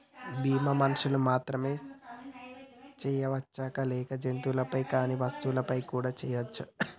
బీమా మనుషులకు మాత్రమే చెయ్యవచ్చా లేక జంతువులపై కానీ వస్తువులపై కూడా చేయ వచ్చా?